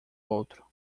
outro